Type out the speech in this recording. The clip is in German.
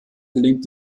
gelingt